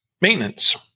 maintenance